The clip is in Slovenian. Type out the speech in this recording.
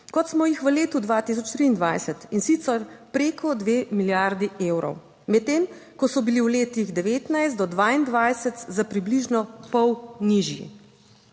kot smo jih v letu 2023, in sicer preko dve milijardi evrov, medtem ko so bili v letih 2019 do 2022 za približno pol nižji.